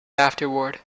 afterward